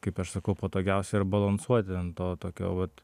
kaip aš sakau patogiausia yra balansuoti ant to tokio vat